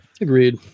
agreed